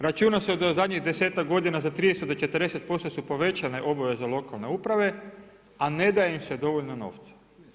Računa se da u zadnjih desetak godina za 30 do 40% su povećane obaveze lokalne uprave, a ne daje im se dovoljno novca.